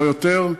לא יותר,